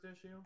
issue